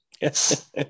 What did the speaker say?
Yes